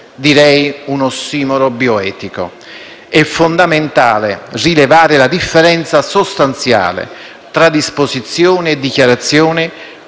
direi un ossimoro bioetico. È fondamentale rilevare la differenza sostanziale tra disposizione e dichiarazione